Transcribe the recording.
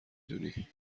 دونی